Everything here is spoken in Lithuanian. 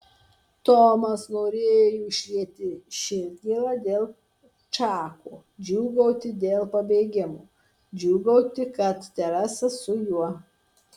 tomas norėjo išlieti širdgėlą dėl čako džiūgauti dėl pabėgimo džiūgauti kad teresa su juo